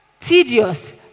tedious